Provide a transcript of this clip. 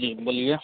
जी बोलिए